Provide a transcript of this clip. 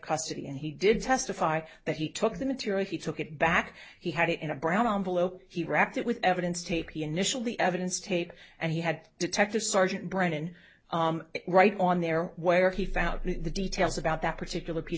custody and he did testify that he took the material he took it back he had it in a brown envelope he wrapped it with evidence tape the initial the evidence tape and he had detective sergeant brennan right on there where he found the details about that particular piece